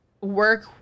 work